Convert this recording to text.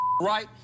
right